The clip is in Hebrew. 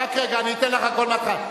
רק רגע, אני אתן לךְ הכול מהתחלה.